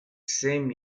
same